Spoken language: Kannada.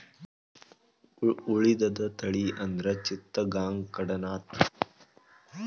ಉಳಿದದ ತಳಿ ಅಂದ್ರ ಚಿತ್ತಗಾಂಗ, ಕಡಕನಾಥ